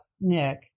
Nick